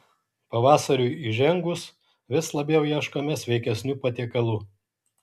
pavasariui įžengus vis labiau ieškome sveikesnių patiekalų